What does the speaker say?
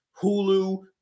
Hulu